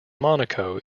monaco